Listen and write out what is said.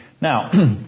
Now